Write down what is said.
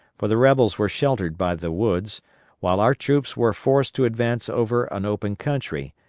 for the rebels were sheltered by the woods while our troops were forced to advance over an open country,